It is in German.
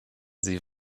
sie